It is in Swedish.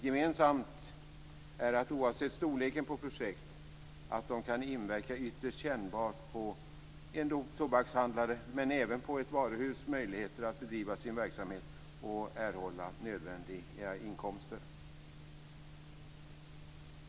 Gemensamt är att oavsett storleken på projekt kan dessa inverka ytterst kännbart på en tobakshandlares men även på ett varuhus möjligheter att bedriva sin verksamhet och att erhålla nödvändiga inkomster.